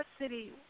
city